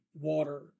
water